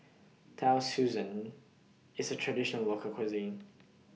Tau Susan IS A Traditional Local Cuisine